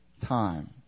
time